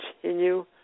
continue